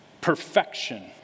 perfection